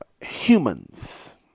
humans